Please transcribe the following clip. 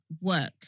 work